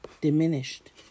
diminished